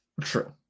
True